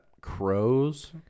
Crows